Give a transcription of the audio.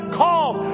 calls